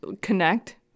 connect